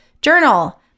journal